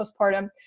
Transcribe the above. postpartum